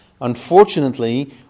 Unfortunately